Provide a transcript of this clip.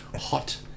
hot